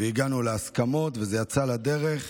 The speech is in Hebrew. הגענו להסכמות, וזה יצא לדרך.